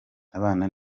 abana